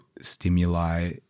stimuli